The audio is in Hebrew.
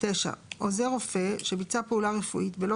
(9) עוזר רופא שביצע פעולה רפואית בלא